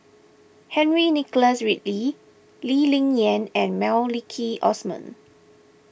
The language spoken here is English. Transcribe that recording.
Henry Nicholas Ridley Lee Ling Yen and Maliki Osman